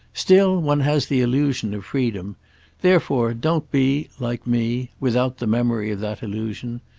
still, one has the illusion of freedom therefore don't be, like me, without the memory of that illusion.